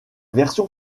version